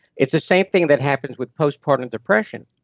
it's the same thing that happens with postpartum depression.